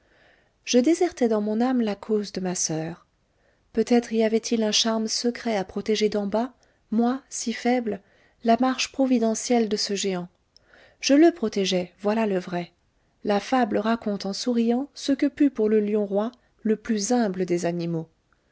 je désertai dans mon âme la cause de ma soeur peut-être y avait-il un charme secret à protéger d'en bas moi si faible la marche providentielle de ce géant je le protégeai voilà le vrai la fable raconte en souriant ce que put pour le lion roi le plus humble des animaux